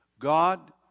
God